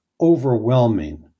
overwhelming